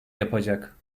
yapacak